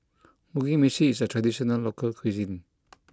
Mugi Meshi is a traditional local cuisine